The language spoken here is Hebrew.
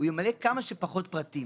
הוא ימלא כמה שפחות פרטים.